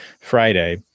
Friday